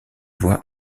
voix